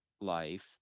life